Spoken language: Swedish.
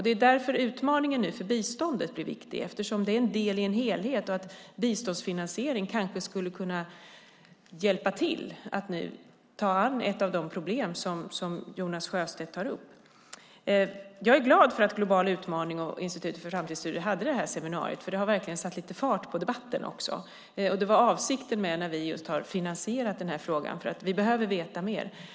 Det är därför utmaningen för biståndet nu blir viktig eftersom det är en del i en helhet. Biståndsfinansiering skulle kanske kunna hjälpa till att lösa ett av de problem som Jonas Sjöstedt tar upp. Jag är glad att Global Utmaning och Institutet för Framtidsstudier hade det här seminariet. Det har verkligen satt lite fart på debatten. Det var avsikten med att vi finansierade den här frågan. Vi behöver veta mer. Herr talman!